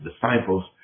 disciples